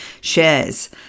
shares